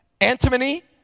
antimony